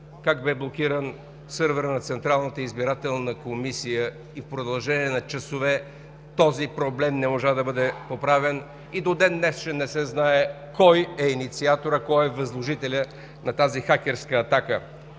как бе блокиран сървърът на Централната избирателна комисия и в продължение на часове този проблем не можа да бъде оправен. И до ден-днешен не се знае кой е инициаторът, кой е възложителят на тази хакерска атака.